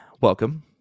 welcome